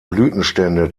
blütenstände